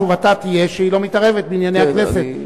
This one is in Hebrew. תשובתה תהיה שהיא לא מתערבת בענייני הכנסת.